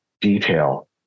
detail